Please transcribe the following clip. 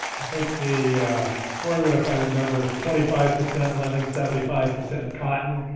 i think the format, if i remember, is twenty five percent linen, seventy five percent cotton.